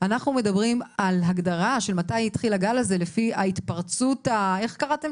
אנחנו מדברים על הגדרה של מתי התחיל הגל הזה לפי ההתפרצות המשמעותית?